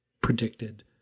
predicted